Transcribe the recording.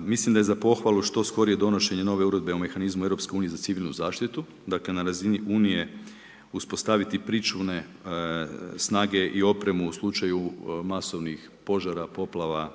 Mislim da je za pohvalu što skorije donošenje nove Uredbe o mehanizmu Europske unije za civilnu zaštitu, dakle na razini unije uspostaviti pričuvne snage i opremu u slučaju masovnih požara, poplava